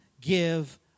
give